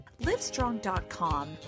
Livestrong.com